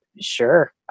sure